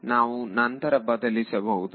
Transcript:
ನಾವು ನಂತರ ಬದಲಿಸಬಹುದು